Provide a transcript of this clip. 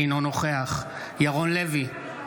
אינו נוכח ירון לוי,